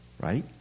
right